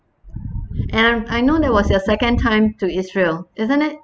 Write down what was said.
and I I know that was your second time to israel isn't it